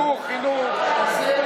הצעת חוק העונשין (תיקון,